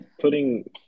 putting